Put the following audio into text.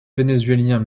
vénézuélien